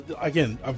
again